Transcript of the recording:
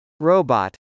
Robot